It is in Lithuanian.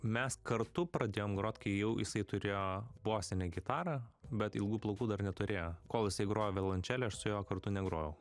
mes kartu pradėjom grot kai jau jisai turėjo bosinę gitarą bet ilgų plaukų dar neturėjo kol jisai grojo violončele aš su juo kartu negrojau